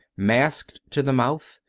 masked to the mouth,